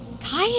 Kai